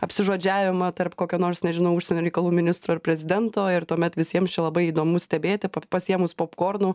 apsižodžiavimą tarp kokio nors nežinau užsienio reikalų ministro ir prezidento ir tuomet visiems čia labai įdomu stebėti pasiėmus popkornų